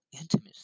intimacy